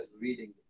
reading